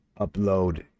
upload